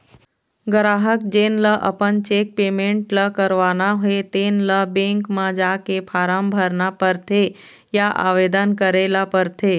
गराहक जेन ल अपन चेक के पेमेंट ल रोकवाना हे तेन ल बेंक म जाके फारम भरना परथे या आवेदन करे ल परथे